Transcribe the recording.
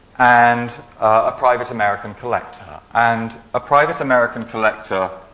and a private american collector. and a private american collector